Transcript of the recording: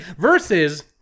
Versus